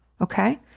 okay